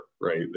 right